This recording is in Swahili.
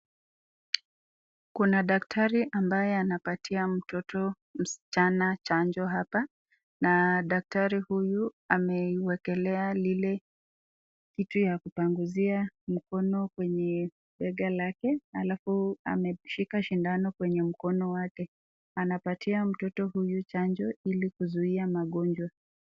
Kuna daktari ambaye anapatia mtoto msichana chanjo hapa na daktari huyu ameiwekelea lile kitu ya kupanguzia mkono kwenye bega lake alafu ameshika sindano kwenye mkono wake. Anapatia mtoto huyu chanjo ili kuzuia magonjwa.